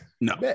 No